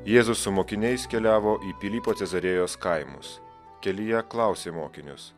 jėzus su mokiniais keliavo į pilypo cezarėjos kaimus kelyje klausė mokinius